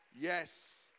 yes